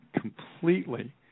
completely